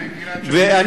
מה עם גלעד שליט?